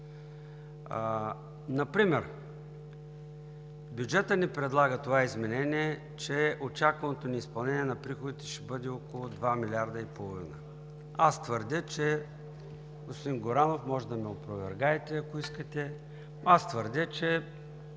Например бюджетът ни предлага това изменение, че очакваното неизпълнение на приходите ще бъде около 2,5 милиарда. Аз твърдя – господин Горанов, можете да ме опровергаете, ако искате, че това не